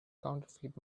counterfeit